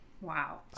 Wow